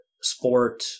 Sport